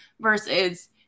versus